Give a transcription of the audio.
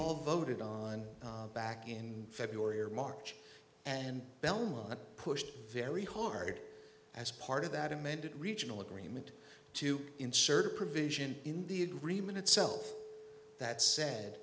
all voted on back in february or march and belmont pushed very hard as part of that amended regional agreement to insert a provision in the agreement itself that sa